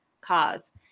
cause